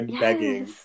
begging